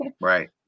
right